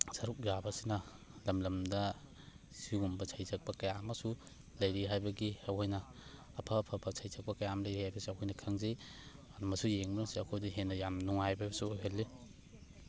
ꯁꯔꯨꯛ ꯌꯥꯕꯁꯤꯅ ꯂꯝ ꯂꯝꯗ ꯁꯤꯒꯨꯝꯕ ꯁꯩꯁꯛꯄ ꯀꯌꯥ ꯑꯃꯁꯨ ꯂꯩꯔꯤ ꯍꯥꯏꯕꯒꯤ ꯑꯩꯈꯣꯏꯅ ꯑꯐ ꯑꯐꯕ ꯁꯩꯁꯛꯄ ꯀꯌꯥ ꯑꯃ ꯂꯩꯔꯤ ꯍꯥꯏꯕꯁꯦ ꯑꯩꯈꯣꯏꯅ ꯈꯪꯖꯩ ꯑꯃꯁꯨ ꯌꯦꯡꯕꯅꯁꯨ ꯑꯩꯈꯣꯏꯗ ꯍꯦꯟꯅ ꯌꯥꯝ ꯅꯨꯡꯉꯥꯏꯕꯁꯨ ꯑꯣꯏꯍꯜꯂꯤ